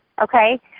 okay